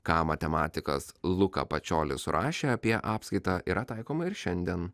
ką matematikas luka pačiolis surašė apie apskaitą yra taikoma ir šiandien